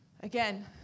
again